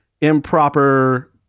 improper